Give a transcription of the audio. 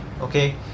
okay